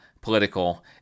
political